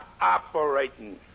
operating